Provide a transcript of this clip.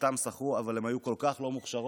שלושתן שחו אבל הן היו כל כך לא מוכשרות,